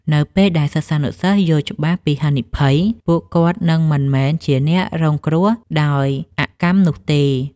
នៅពេលដែលសិស្សានុសិស្សយល់ច្បាស់ពីហានិភ័យ ពួកគាត់នឹងមិនមែនជាអ្នករងគ្រោះដោយអកម្មនោះទេ។